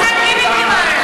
מה זה הגימיקים האלה?